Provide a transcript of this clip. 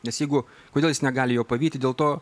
nes jeigu kodėl jis negali jo pavyti dėl to